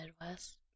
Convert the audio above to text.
Midwest